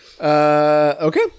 Okay